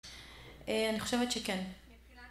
אני חושבת שכן.